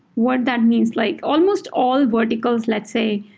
what that means, like almost all verticals, let's say,